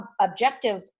objective